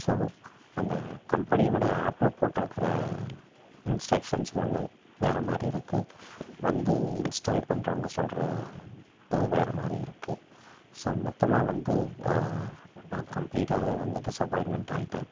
so அந்த கம்பெனியோடய ஆப்பில் போட்டிருக்குற இன்ஸ்ட்ரக்ஷன்ஸ் ஒன்று வேறு மாதிரி இருக்குது வந்து இன்ஸ்டால் பண்ணுறவங்க சொல்கிற இது வேறு மாதிரி இருக்குது ஸோ மொத்தமாக வந்து நான் கம்ப்ளீட்டாகவே வந்து டிஸப்பாயிண்ட்மெண்ட் ஆயிட்டேன்